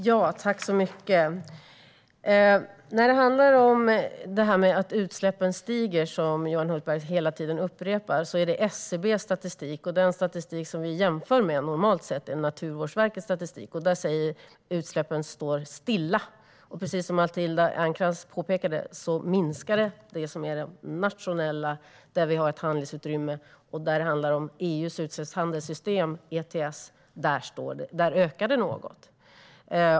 Herr talman! Johan Hultberg upprepar att utsläppen stiger. Det är SCB:s statistik. Den statistik som vi jämför med kommer normalt sett från Naturvårdsverket. Enligt den statistiken står utsläppen stilla. Precis som Matilda Ernkrans påpekade minskade de nationella utsläppen, där det finns ett handlingsutrymme, och i EU:s utsläppshandelssystem ETS ökar utsläppen något.